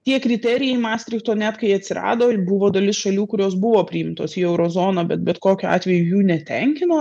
tie kriterijai mastrichto net kai atsirado buvo dalis šalių kurios buvo priimtos į euro zoną bet bet kokiu atveju jų netenkino